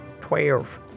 Twelve